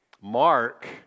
Mark